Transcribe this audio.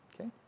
Okay